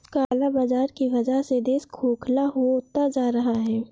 काला बाजार की वजह से देश खोखला होता जा रहा है